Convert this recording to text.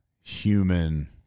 human